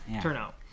turnout